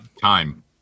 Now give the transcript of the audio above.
Time